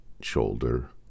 shoulder